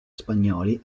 spagnoli